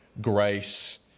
grace